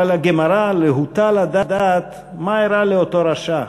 אבל הגמרא להוטה לדעת מה אירע לאותו רשע.